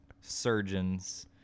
surgeons